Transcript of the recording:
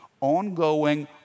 ongoing